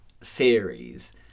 series